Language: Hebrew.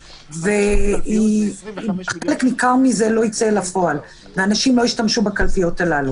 חלק ניכר מזה לא יצא לפועל ואנשים לא ישתמשו בקלפיות הללו.